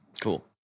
Cool